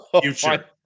Future